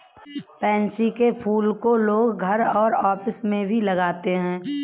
pansy के फूल को लोग घर और ऑफिस में भी लगाते है